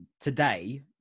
today